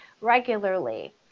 regularly